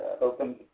open